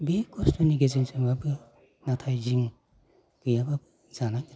बि खस्थ'नि गेजेजोंबाबो नाथाय जों गैयाबाबो जानांगोन